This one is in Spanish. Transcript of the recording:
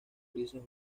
grises